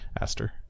Aster